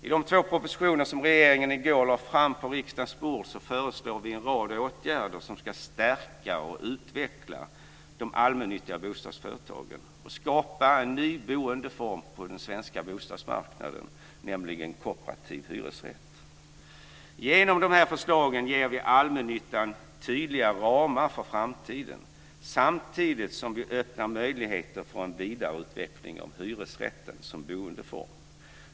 I de två propositioner som regeringen i går lade på riksdagens bord föreslår vi en rad åtgärder som ska stärka och utveckla de allmännyttiga bostadsföretagen och skapa en ny boendeform på den svenska bostadsmarknaden, nämligen kooperativ hyresrätt. Genom de här förslagen ger vi allmännyttan tydliga ramar för framtiden samtidigt som vi öppnar möjligheterna för en vidareutveckling av hyresrätten som boendeform.